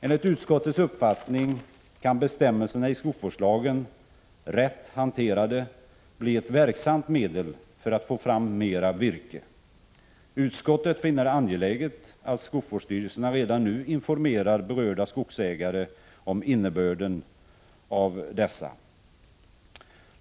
Enligt utskottets uppfattning kan bestämmelserna i skogsvårdslagen, rätt — Prot. 1985/86:118 hanterade, bli ett verksamt medel för att få fram mera virke. Utskottet finner — 16 april 1986 det angeläget att skogsvårdsstyrelserna redan nu informerar berörda skogsägare om innebörden av dessa regler.